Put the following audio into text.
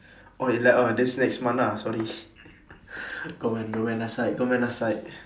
oh like oh that's next month ah sorry gomen~ gomennasai